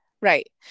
Right